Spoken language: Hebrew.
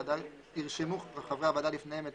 ירשמו חברי הוועדה לפניהם את